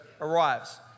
arrives